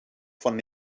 von